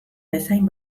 bezain